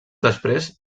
després